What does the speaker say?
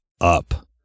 up